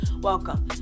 welcome